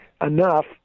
enough